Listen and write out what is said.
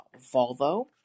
Volvo